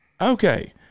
Okay